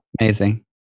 Amazing